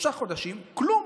שלושה חודשים כלום.